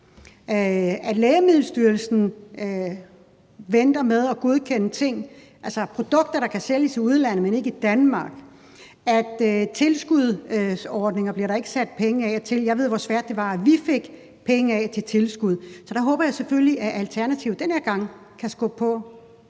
at Lægemiddelstyrelsen venter med at godkende ting, altså produkter, der kan sælges i udlandet, men ikke i Danmark, og om, at der ikke bliver sat penge af til tilskudsordninger. Jeg ved, hvor svært det var, da vi fik sat penge af til tilskud. Så der håber jeg selvfølgelig, at Alternativet den her gang kan skubbe på